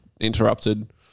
interrupted